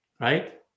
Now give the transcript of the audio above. right